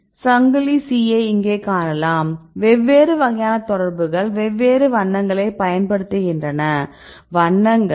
1A2K இன் சங்கிலி B சங்கிலி C ஐ இங்கே காணலாம் வெவ்வேறு வகையான தொடர்புகள் வெவ்வேறு வண்ணங்களைப் பயன்படுத்துகின்றன வண்ணங்கள்